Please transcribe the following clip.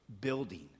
building